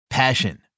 Passion